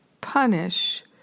punish